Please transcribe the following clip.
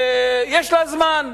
יש לה זמן,